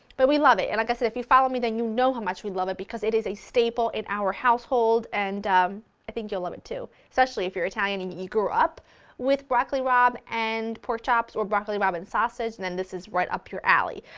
but we love it, and like i said, if you follow me then you know how much we love it because it is a staple in our household and i think you will love it too! especially if you're italian and you grew up with broccoli rabe and pork chops or broccoli rabe and sausage, then this is right up your alley.